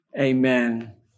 Amen